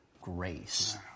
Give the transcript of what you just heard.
grace